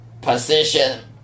position